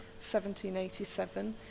1787